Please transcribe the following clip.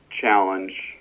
challenge